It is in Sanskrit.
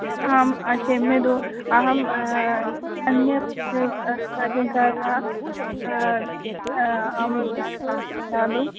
आम् क्षम्यताम् अहं अन्यद् पाचकारः आम् दातु